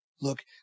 Look